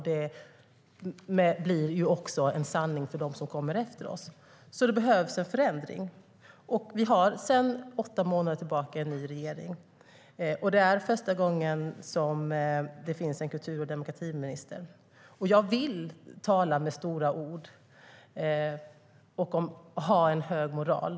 De blir också en sanning för dem som kommer efter oss. Det behövs alltså en förändring. Sedan åtta månader tillbaka har vi en ny regering. Och det är första gången som det finns en kultur och demokratiminister. Och jag vill tala med stora ord och ha hög moral.